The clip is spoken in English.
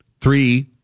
three